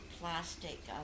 plastic